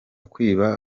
kwiba